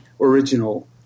original